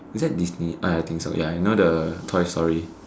is that Disney uh ya I think so you know like the toy-story